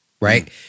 right